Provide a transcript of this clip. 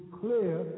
clear